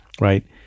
right